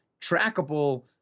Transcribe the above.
trackable